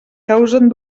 causen